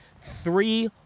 three